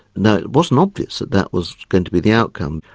now it wasn't obvious that that was going to be the outcome.